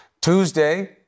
Tuesday